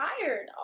tired